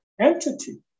entity